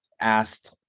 asked